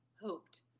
hoped